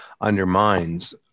undermines